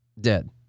dead